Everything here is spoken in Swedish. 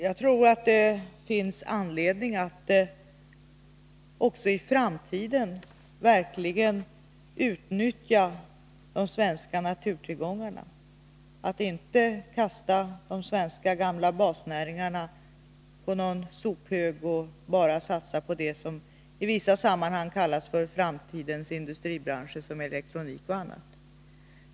Jag tror att det finns anledning att också i framtiden verkligen utnyttja de svenska naturtillgångarna, att inte kasta de gamla svenska basnäringarna på någon sophög och satsa bara på det som i vissa sammanhang kallas för framtidens industribranscher, exempelvis elektronik.